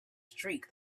streak